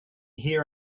here